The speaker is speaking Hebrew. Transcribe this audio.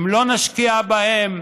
אם לא נשקיע בהם,